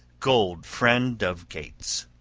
gold-friend of geats.